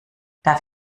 darf